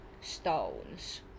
stones